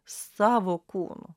savo kūnu